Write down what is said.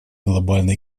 глобальной